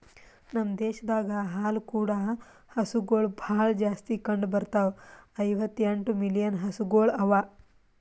ನಮ್ ದೇಶದಾಗ್ ಹಾಲು ಕೂಡ ಹಸುಗೊಳ್ ಭಾಳ್ ಜಾಸ್ತಿ ಕಂಡ ಬರ್ತಾವ, ಐವತ್ತ ಎಂಟು ಮಿಲಿಯನ್ ಹಸುಗೊಳ್ ಅವಾ